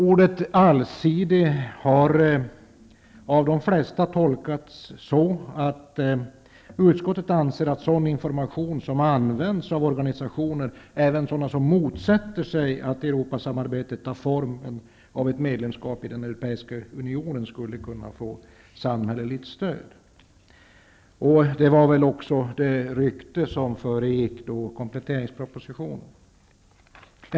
Ordet allsidig har av de flesta tolkats så, att utskottet anser att sådan information som används av organisationer, även sådana som motsätter sig att Europasamarbetet tar formen av ett medlemskap i den europeiska unionen, skulle kunna få samhälleligt stöd. Det var väl också det rykte som föregick propositionen.